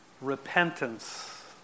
Repentance